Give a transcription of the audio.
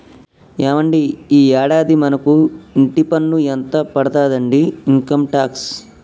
ఏవండి ఈ యాడాది మనకు ఇంటి పన్ను ఎంత పడతాదండి ఇన్కమ్ టాక్స్